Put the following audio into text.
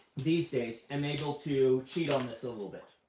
these days am able to cheat on this a little bit.